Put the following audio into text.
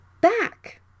back